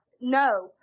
no